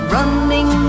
Running